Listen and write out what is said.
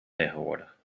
tegenwoordig